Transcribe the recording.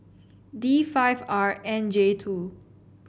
D five R nine J two